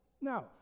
Now